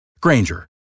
Granger